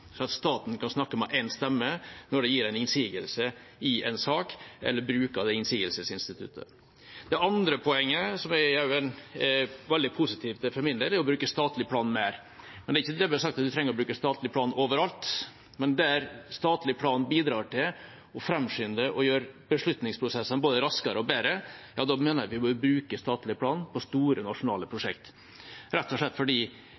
at staten kan snakke med én stemme når den gir en innsigelse i en sak eller bruker innsigelsesinstituttet. Det andre poenget – som jeg for min del også er veldig positiv til – er å bruke statlig plan mer. Det er ikke dermed sagt at vi trenger å bruke statlig plan overalt, men der statlig plan bidrar til å framskynde beslutningsprosessene og gjøre dem både raskere og bedre, mener jeg vi bør bruke statlig plan på store nasjonale prosjekter, rett og slett fordi